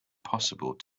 possible